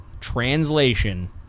translation